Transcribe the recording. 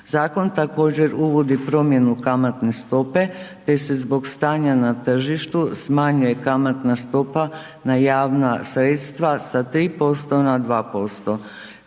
Zakon također uvodi promjenu kamatne stope te se zbog stanja na tržištu smanjuje kamatna stopa na javna sredstva sa 3% na 2%